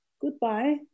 Goodbye